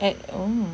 at oh